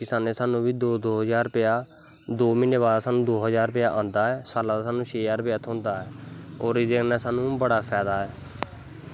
किसानें साह्नू बी दो दो ज्हार रपेआ दो महीनें बाद साह्नू दो ज्हार रपेआ आंदा ऐ साल्ला दा साह्नू छे ज्हार रपेआ थोंह्दा ऐ और एह्ॅदे कन्नैसाह्नू बड़ा फैदा ऐ